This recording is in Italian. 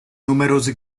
numerosi